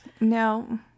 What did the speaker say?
No